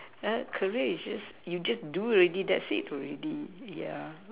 err career is just you just do already that's it already yeah